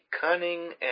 cunning